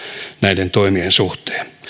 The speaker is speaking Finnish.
näiden toimien suhteen